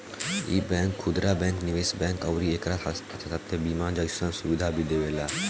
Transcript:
इ बैंक खुदरा बैंक, निवेश बैंक अउरी एकरा साथे साथे बीमा जइसन सुविधा भी देवेला